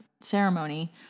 ceremony